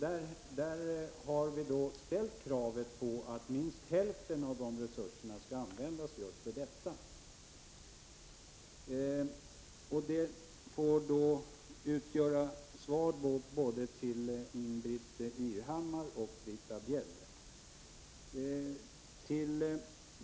Utskottet har då ställt kravet att minst hälften av resurserna skall användas just för detta. Det får då utgöra svar till både Ingbritt Irhammar och Britta Bjelle.